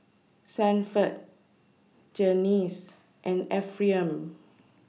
Sanford Janyce and Ephriam